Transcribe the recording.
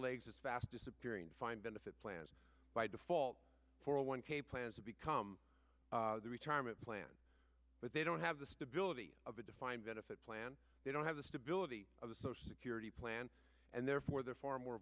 legs is fast disappearing find benefit plans by default for a one k plan to become the retirement plan but they don't have the stability of a defined benefit plan they don't have the stability of the social security plan and therefore they're far more